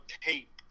tape